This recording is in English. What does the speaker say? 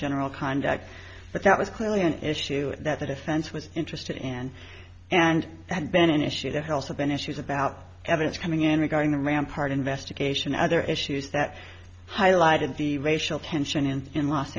general conduct but that was clearly an issue that the defense was interested in and had been initiated helsa been issues about evidence coming in regarding the rampart investigation other issues that highlighted the racial tension and in los